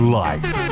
life